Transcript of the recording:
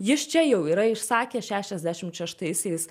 jis čia jau yra išsakęs šešiasdešimt šeštaisiais